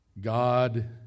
God